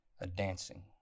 a-dancing